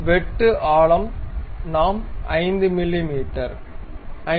வெட்டு ஆழம் நாம் 5 மிமீ 5